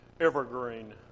evergreen